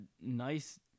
nice